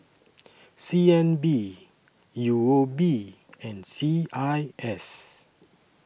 C N B U O B and C I S